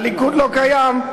הליכוד לא קיים.